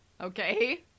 Okay